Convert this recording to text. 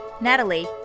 Natalie